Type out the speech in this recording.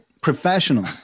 Professional